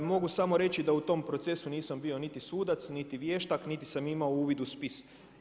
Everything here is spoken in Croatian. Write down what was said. Mogu samo reći da u tom procesu nisam bio niti sudac, niti vještak, niti sam imao uvid u spis.